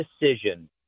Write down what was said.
decision